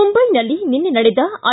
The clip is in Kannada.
ಮುಂಬೈನಲ್ಲಿ ನಿನ್ನೆ ನಡೆದ ಐ